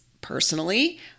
personally